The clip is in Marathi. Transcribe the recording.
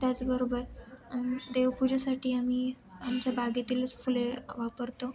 त्याचबरोबर देवपूजेसाठी आम्ही आमच्या बागेतीलच फुले वापरतो